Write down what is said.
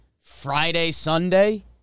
Friday-Sunday